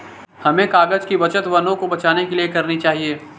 हमें कागज़ की बचत वनों को बचाने के लिए करनी चाहिए